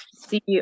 see